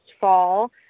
fall